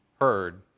heard